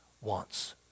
wants